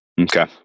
Okay